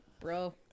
bro